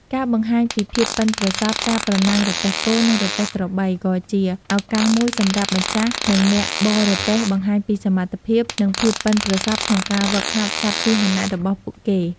ការបង្ហាញពីភាពប៉ិនប្រសប់ ការប្រណាំងរទេះគោ និងរទេះក្របីក៏ជាឱកាសមួយសម្រាប់ម្ចាស់ និងអ្នកបររទេះបង្ហាញពីសមត្ថភាព និងភាពប៉ិនប្រសប់ក្នុងការហ្វឹកហាត់សត្វពាហនៈរបស់ពួកគេ។